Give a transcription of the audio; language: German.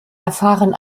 erfahren